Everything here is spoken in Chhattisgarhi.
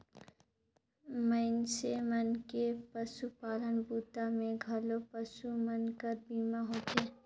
मइनसे मन के पसुपालन बूता मे घलो पसु मन कर बीमा होथे